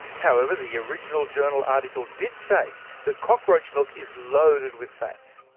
however, the original journal article did say that cockroach milk is loaded with fats,